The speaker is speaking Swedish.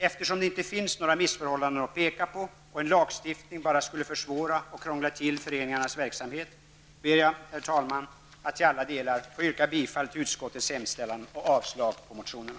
Eftersom det inte finns några missförhållanden att peka på och en lagstiftning bara skulle försvåra och krångla till föreningarnas verksamhet, ber jag, herr talman, att till alla delar få yrka bifall till utskottets hemställan och avslag på reservationerna.